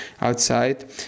outside